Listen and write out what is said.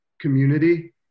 community